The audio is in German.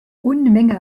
unmenge